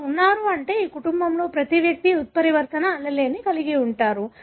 వారు ఉన్నారు అంటే ఈ కుటుంబంలోని ప్రతి వ్యక్తి ఉత్పరివర్తన allele ని కలిగి ఉంటారు